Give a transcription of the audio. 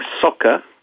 soccer